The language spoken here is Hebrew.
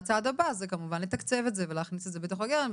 הצעד הבא זה כמובן לתקצב את זה ולהכניס את זה בתוך הגרם.